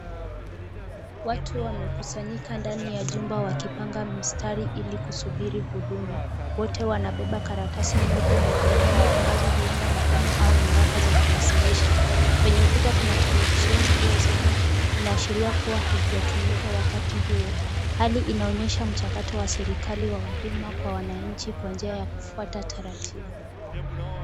Watu wamesanyika ndani ya jumba wakipanga mistari ili kusubiri huduma. Wote wanabeba karatasi nyeupe mikononi ambazo huenda ni fomu au nyaraka za kuwasilisha. Kwenye ukuta kuna televisheni iliyozimwa. Inaashiria kuwa hazijatumika wakati huo. Hali inaonyesha mchakato wa serikali wa huduma kwa wananchi kwa njia ya kufuata taratibu.